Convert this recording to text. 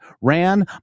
ran